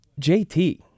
JT